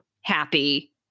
happy